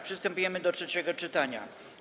Przystępujemy do trzeciego czytania.